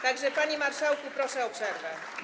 Tak że, panie marszałku, proszę o przerwę.